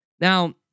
Now